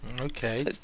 Okay